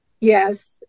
yes